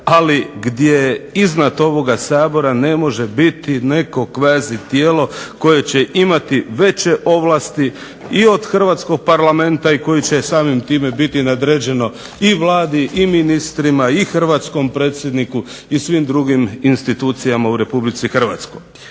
ali gdje iznad ovoga Sabora ne može biti neko kvazi-tijelo koje će imati veće ovlasti i od hrvatskog Parlamenta i koji će samim time biti nadređeno i Vladi i ministrima i hrvatskom predsjedniku i svim drugim institucijama u RH.